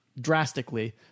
drastically